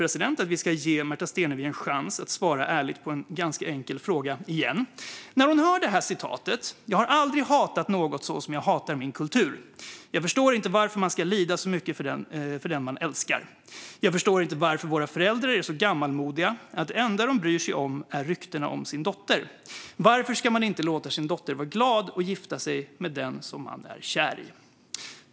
Jag tänkte att vi ska ge Märta Stenevi en chans att svara ärligt på en ganska enkel fråga, igen. Jag läste tidigare upp detta: Jag har aldrig hatat något som jag har hatat min kultur. Jag förstår inte varför man ska lida så mycket när man älskar. Jag förstår inte varför våra föräldrar är så gammalmodiga att det enda de bryr sig om är ryktena om sin dotter. Varför ska man inte låta sin dotter vara glad och gifta sig med den kille hon är kär i?